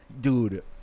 Dude